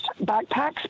backpacks